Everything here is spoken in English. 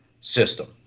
system